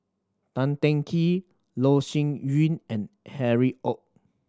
Tan Teng Kee Loh Sin Yun and Harry Ord